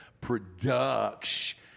production